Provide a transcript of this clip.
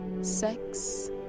sex